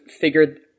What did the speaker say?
figured